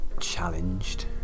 challenged